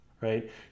right